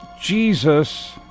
Jesus